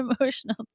emotional